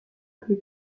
plus